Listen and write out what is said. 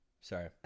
Sorry